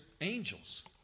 angels